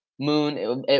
moon